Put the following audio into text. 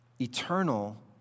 eternal